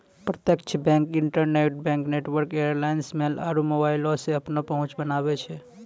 प्रत्यक्ष bank, interbank network alliance, mail आरु मोबाइलो से अपनो पहुंच बनाबै छै